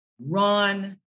run